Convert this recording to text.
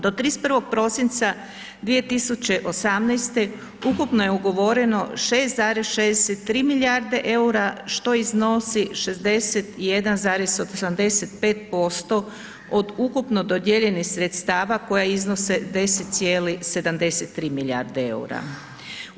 Do 31. prosinca 2018. ukupno je ugovoreno 6,63 milijarde EUR-a, što iznosi 61,85% od ukupno dodijeljenih sredstava koja iznose 10,73 milijarde EUR-a.